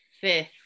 fifth